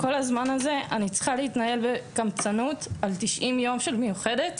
כל הזמן הזה אני צריכה להתנהל בקמצנות עם 90 ימי מיוחדת